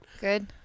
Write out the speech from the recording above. good